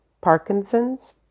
Parkinson's